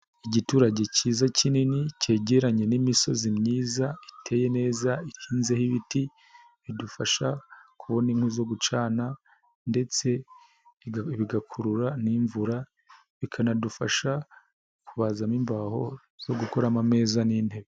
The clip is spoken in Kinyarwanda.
Igiturage cyiza kinini cyegeranye n'imisozi myiza, iteye neza, ihinzeho ibiti bidufasha kubona inkwi zo gucana ndetse bigakurura n'imvura, bikanadufasha kubazamo imbaho zo gukuramo ameza n'intebe.